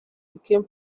became